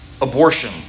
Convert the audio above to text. abortion